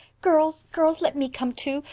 girls girls let me come, too.